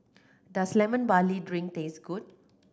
does Lemon Barley Drink taste good